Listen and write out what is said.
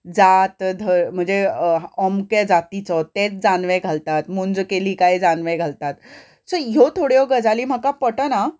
जात धर्म म्हणजे अमके जातीचो तेच जानवें घालतात मूंज केली काय जानवें घालतात सो ह्यो थोड्यो गजाली म्हाका पटना